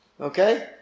Okay